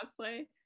cosplay